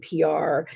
PR